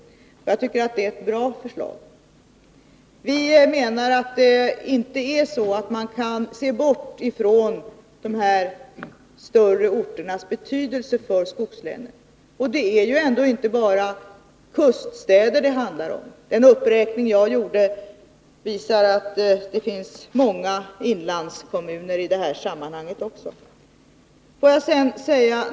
Jag tycker att det är ett bra förslag. Vi menar att man inte kan se bort från de större orternas betydelse för skogslänen. Det är ju ändå inte bara kuststäder det handlar om. Den uppräkning jag gjorde visar att det finns många inlandskommuner i dessa sammanhang också.